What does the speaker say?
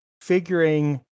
figuring